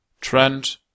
Trend